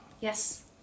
Yes